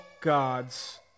gods